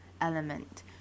element